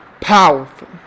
powerful